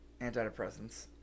antidepressants